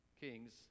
Kings